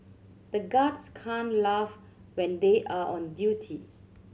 the guards can't laugh when they are on duty